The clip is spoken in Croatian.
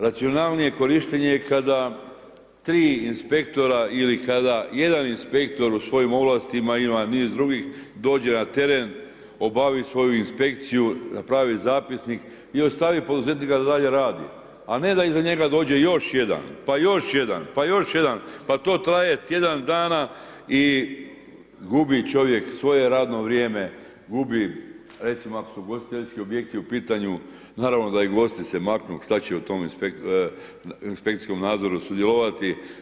Racionalnije korištenje je kada tri inspektora ili kada jedan inspektor u svojim ovlastima ima niz drugih, dođe na teren, obavi svoju inspekciju, napravi zapisnik i ostavi poduzetnika da dalje radi, a ne da iza njega dođe još jedan, pa još jedan, pa još jedan pa to traje tjedan dana i gubi čovjek svoje radno vrijeme, gubi recimo ako su ugostiteljski objekti u pitanju naravno da i gosti se maknu što će u tom inspekcijskom nadzoru sudjelovati.